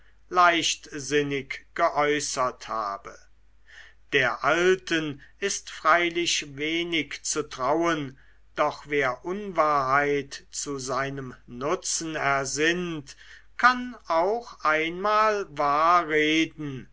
leichtsinnig geäußert habe der alten ist freilich wenig zu trauen doch wer unwahrheit zu seinem nutzen ersinnt kann auch einmal wahr